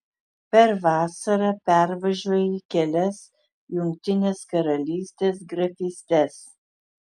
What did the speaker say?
per vasarą pervažiuoji kelias jungtinės karalystės grafystes